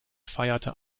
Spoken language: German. feierte